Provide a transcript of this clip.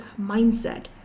mindset